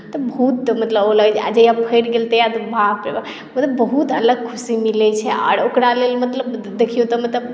तऽ बहुत मतलब ओ लगैत छै आ जहिया फड़ि गेल तहिया तऽ बाप रे बाप मतलब बहुत अलग खुशी मिलैत छै आओर ओकरा लेल मतलब देखियौ तऽ मतलब